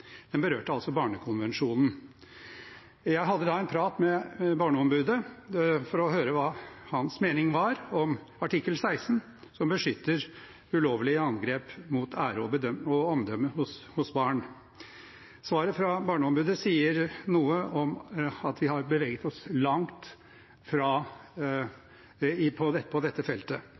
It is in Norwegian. Den berørte altså barnekonvensjonen. Jeg hadde da en prat med barneombudet for å høre hva hans mening var om artikkel 16, som beskytter mot ulovlige angrep mot ære og omdømme hos barn. Svaret fra barneombudet sier noe om at vi har beveget oss langt på dette